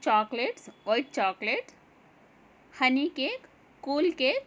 chocolates white chocolates honey cake cool cake